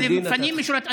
אז לפנים משורת הדין.